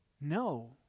No